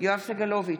יואב סגלוביץ'